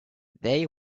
they